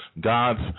God's